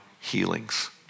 healings